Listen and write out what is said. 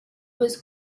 was